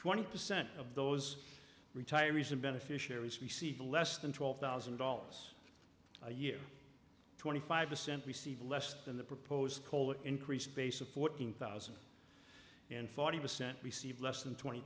twenty percent of those retirees and beneficiaries received less than twelve thousand dollars a year twenty five percent receive less than the proposed cola increase base of fourteen thousand and forty percent receive less than twenty